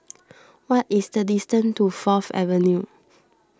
what is the distance to Fourth Avenue